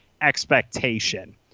expectation